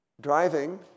driving